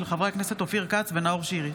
של חברי הכנסת אופיר כץ ונאור שירי.